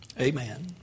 Amen